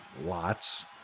lots